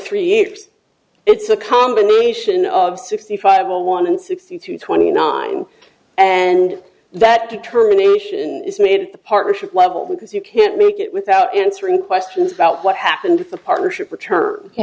three years it's a combination of sixty five a one in sixty to twenty nine and that determination is made at the partnership level because you can't make it without answering questions about what happened with the partnership